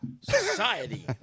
Society